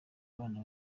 abana